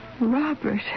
Robert